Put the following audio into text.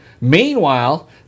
Meanwhile